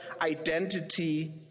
identity